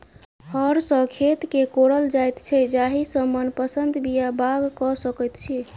हर सॅ खेत के कोड़ल जाइत छै जाहि सॅ मनपसंद बीया बाउग क सकैत छी